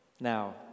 now